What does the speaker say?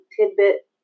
tidbit